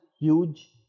huge